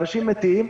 אנשים מתים,